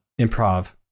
improv